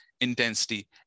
intensity